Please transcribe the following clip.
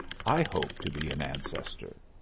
i hope to be an ancestor.